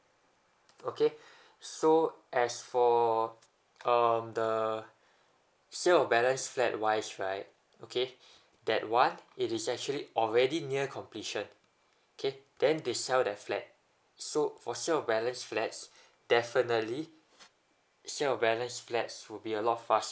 okay so as for um the sale of balance flat wise right okay that what it is actually already near completion okay then they sell their flat so for sale of balance flats definitely the sale of balance flats would be a lot of faster